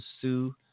sue